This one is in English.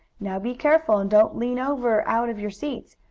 now be careful, and don't lean over out of your seats.